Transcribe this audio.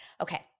Okay